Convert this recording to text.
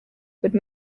would